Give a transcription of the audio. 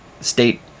state